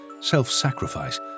self-sacrifice